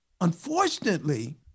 unfortunately